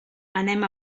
anem